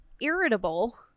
irritable